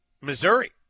Missouri